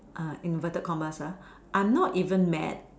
inverted commas I'm not even mad